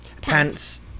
pants